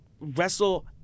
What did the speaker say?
wrestle